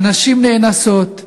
הנשים נאנסות,